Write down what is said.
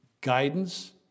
guidance